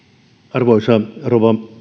arvoisa rouva